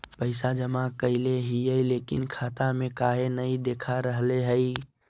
पैसा जमा कैले हिअई, लेकिन खाता में काहे नई देखा रहले हई?